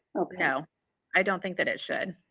no i don't think that it should.